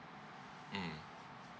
mm